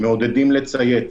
מעודדים לציית,